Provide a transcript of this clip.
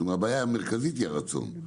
הבעיה המרכזית היא הרצון,